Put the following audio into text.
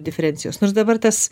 diferenciacijos nors dabar tas